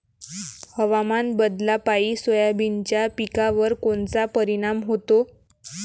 हवामान बदलापायी सोयाबीनच्या पिकावर कोनचा परिणाम होते?